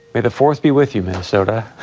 may the force be with you, minnesota